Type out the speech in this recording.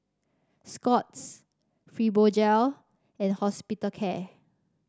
Scott's Fibogel and Hospitalcare